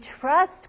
trust